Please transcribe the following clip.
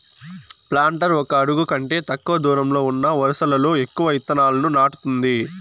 planter ఒక అడుగు కంటే తక్కువ దూరంలో ఉన్న వరుసలలో ఎక్కువ ఇత్తనాలను నాటుతుంది